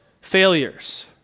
failures